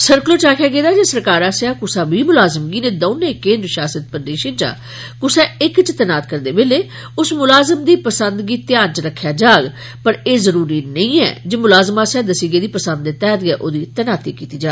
circular च आखेआ गेदा ऐ जे सरकार आसेआ क्सा म्लाज़म गी इनें दौनें केन्द्र शासित प्रदेशें चा क्सा इक च तैनात करदे बेल्लै उस म्लाज़म दी पसंद गी ध्यान च रक्खेआ जाग पर एह जरूरी नेईं ऐ जे मुलाज़म आसेआ दस्सी गेदी पसंद दे तैहत गै ओहदी तैनाती कीती जा